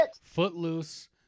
Footloose